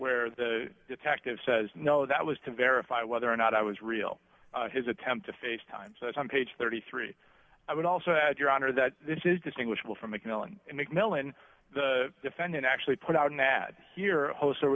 where the detective says no that was to verify whether or not i was real his attempt to face time so i'm page thirty three i would also add your honor that this is distinguishable from mcmillan mcmillan the defendant actually put out an ad here hos